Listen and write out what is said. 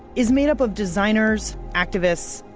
is made up of designers, activists,